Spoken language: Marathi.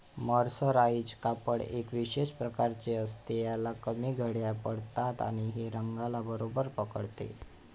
मर्सराइज कापड एका विशेष प्रकारचे असते, ह्याला कमी घड्या पडतात आणि हे रंगाला बरोबर पकडते